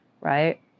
right